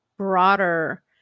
broader